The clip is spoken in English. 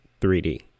3D